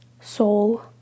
soul